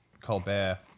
Colbert